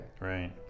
Right